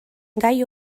gai